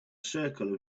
circle